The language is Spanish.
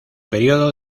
período